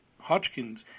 Hodgkin's